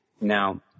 Now